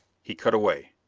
he cut away.